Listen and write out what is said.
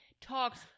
talks